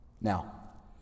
Now